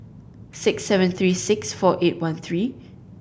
six seven three six four eight one three